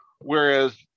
whereas